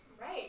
Right